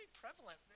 prevalent